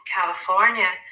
california